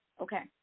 Okay